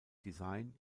design